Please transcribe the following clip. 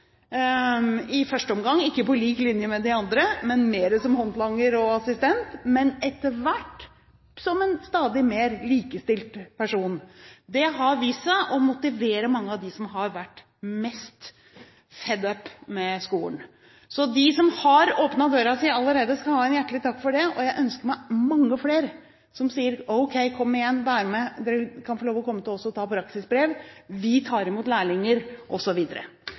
i første omgang ikke på lik linje med de andre, men mer som håndlanger og assistent, og etter hvert som en stadig mer likestilt person. Det har vist seg å motivere mange av dem som har vært mest fed up med skolen, så de som har åpnet døra si allerede, skal ha en hjertelig takk for det. Jeg ønsker meg mange flere som sier ok, kom igjen, vær med, dere kan få lov til å komme til oss og ta praksisbrev, vi tar imot lærlinger